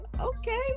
Okay